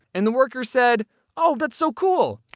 and the worker said oh, that's so cool!